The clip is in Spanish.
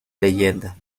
leyenda